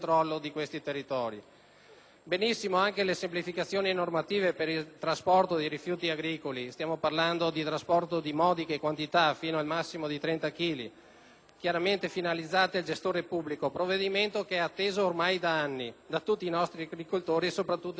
positive anche le semplificazioni normative per il trasporto dei rifiuti agricoli. Stiamo parlando di trasporto di modiche quantità fino a un massimo di 30 chili, chiaramente finalizzato al gestore pubblico; provvedimento atteso ormai da anni da tutti i nostri agricoltori, soprattutto dalle aziende medio-piccole.